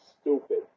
stupid